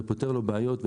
ופותר לו בעיות,